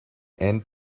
and